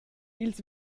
ils